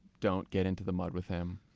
don't get into the mud with him.